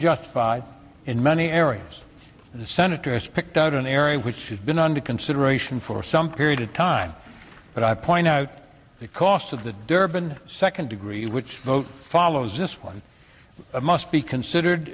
just in many areas the senator has picked out an area which has been under consideration for some period of time but i point out the cost of the durban second degree which vote follows this one must be considered